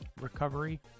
recovery